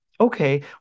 okay